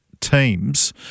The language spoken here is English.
teams